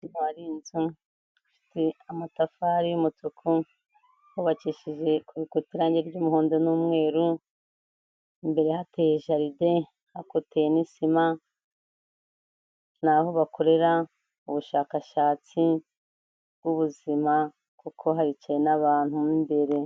Hari inzu ifite matafari y'umutuku, hubakishije ku bikuta irangi ry'umuhondo n'umweru, imbere hateye jaride, hakoteye n'isima, ni aho bakorera ubushakashatsi bw'ubuzima kuko haricaye n'abantu mo imbere.